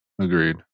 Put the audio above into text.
agreed